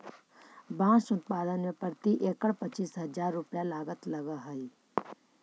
बाँस उत्पादन में प्रति एकड़ पच्चीस हजार रुपया लागत लगऽ हइ